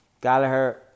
Gallagher